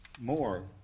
more